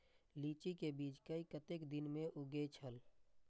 लीची के बीज कै कतेक दिन में उगे छल?